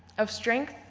of strength